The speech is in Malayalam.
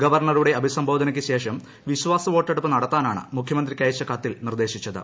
ഗവർണറുടെ അഭിസംബോധനക്കുശേഷം വിശ്വാസവോട്ടെടുപ്പ് നടത്താനാണ് മുഖ്യമന്ത്രിക്ക് അയച്ച കത്തിൽ നിർദേശിച്ചത്